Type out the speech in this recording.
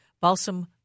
balsam